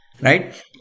right